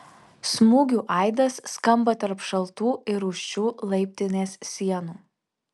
smūgių aidas skamba tarp šaltų ir rūsčių laiptinės sienų